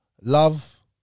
love